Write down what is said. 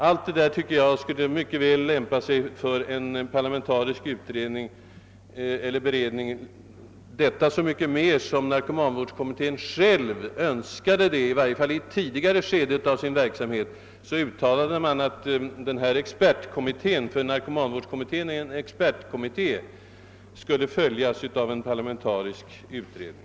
Allt detta tycker jag skulle lämpa sig väl för en parlamentarisk beredning, så mycket mer som narkomanvårdskommittén, i varje fall i ett tidigare stadium av sin verksamhet, själv uttalade att expertkommitténs arbete — narkomanvårdskommittén är en expertkommitté — borde följas av en parlamentarisk utredning.